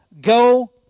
go